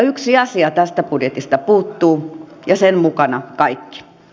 yksi asia tästä budjetista puuttuu ja sen mukana kaikki